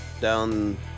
down